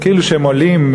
כאילו הם עולים,